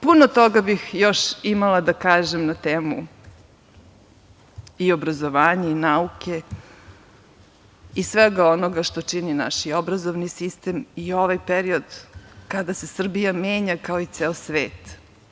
Puno toga bih još imala da kažem na temu i obrazovanja i nauke i svega onoga što čini naš obrazovni sistem i ovaj period kada se Srbija menja, kao i ceo svet.